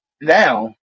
now